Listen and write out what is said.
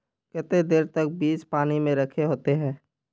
केते देर तक बीज पानी में रखे होते हैं?